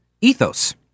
ethos